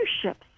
ships